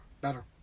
Better